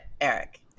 eric